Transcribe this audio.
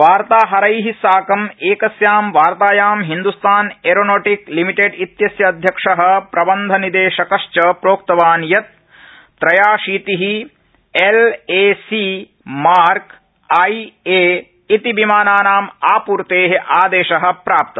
वार्ताहरैः साकं एकस्यां वार्तायां हिन्दुस्तान एयरोनॉरिक्स लिमिटेड इत्यस्य अध्यक्ष प्रबन्धनिदेशकश्च प्रोक्तवान् यत् त्रयाशीति एलएसी मार्क आईए इति विमानानां आपूर्त्या आदेश प्राप्त